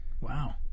Wow